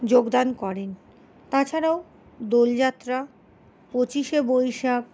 যোগদান করেন তাছাড়াও দোল যাত্রা পঁচিশে বৈশাখ